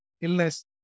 illness